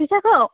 फैसाखौ